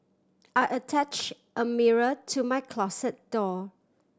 I attach a mirror to my closet door